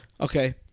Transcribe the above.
okay